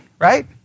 right